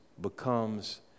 becomes